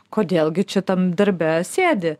kodėl gi čia tam darbe sėdi